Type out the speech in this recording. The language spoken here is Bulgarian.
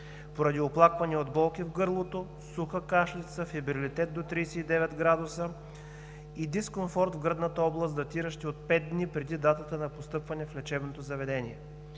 поради оплаквания от болки в гърлото, суха кашлица, фебрилитет до 39 градуса и дискомфорт в гръдната област, датиращи от пет дни преди датата на постъпване в лечебното заведение.